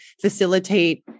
facilitate